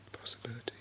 possibility